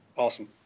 Awesome